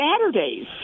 Saturdays